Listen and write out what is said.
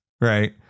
right